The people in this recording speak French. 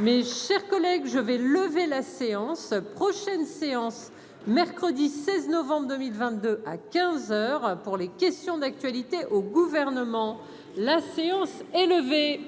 Mais, chers collègues, je vais lever la séance prochaine séance, mercredi 16 novembre 2022 à 15 heures pour les questions d'actualité au gouvernement, la séance est levée.